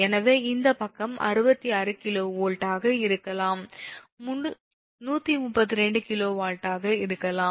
எனவே இந்த பக்கம் 66 𝑘𝑉 ஆக இருக்கலாம் 132 𝑘𝑉 இருக்கலாம்